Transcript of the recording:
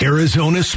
Arizona